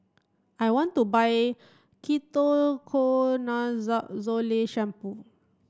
I want to buy shampoo